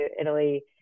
Italy